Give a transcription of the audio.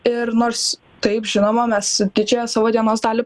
ir nors taip žinoma mes didžiąją savo dienos dalį